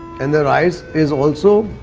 and the rice is also.